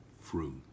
fruit